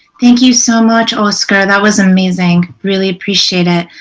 thank you so much, oscar, that was amazing. really appreciate it.